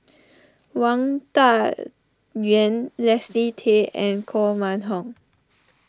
Wang Dayuan Leslie Tay and Koh Mun Hong